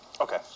Okay